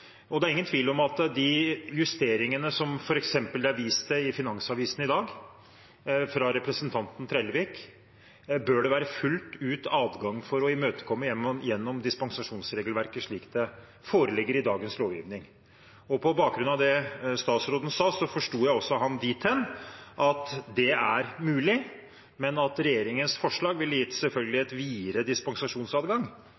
inngående. Det er ingen tvil om at de justeringene som det f.eks. er vist til i Finansavisen i dag fra representanten Trellevik, bør det være fullt ut adgang til å imøtekomme gjennom dispensasjonsregelverket slik det foreligger i dagens lovgivning. På bakgrunn av det statsråden sa, forsto jeg også ham dit hen at det er mulig, men at regjeringens forslag selvfølgelig ville gitt